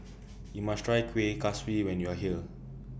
YOU must Try Kueh Kaswi when YOU Are here